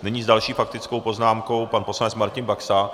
Nyní s další faktickou poznámkou pan poslanec Martin Baxa.